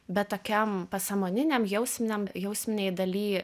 bet tokiam pasąmoningam jausminiam jausminėj daly